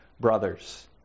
brothers